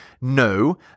No